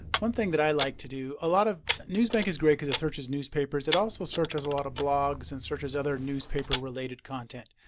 one thing that i like to do, a lot of newsbank is great because it searches newspapers it also searches a lot of blogs and other newspaper related content.